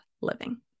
living